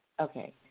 Okay